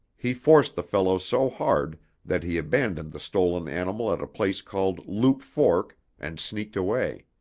he forced the fellow so hard that he abandoned the stolen animal at a place called loup fork, and sneaked away.